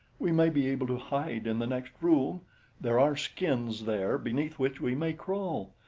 we may be able to hide in the next room there are skins there beneath which we may crawl.